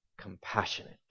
compassionate